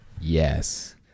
Yes